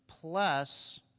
plus